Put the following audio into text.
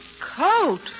Coat